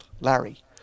Larry